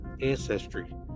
Ancestry